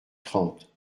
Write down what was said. trente